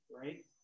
right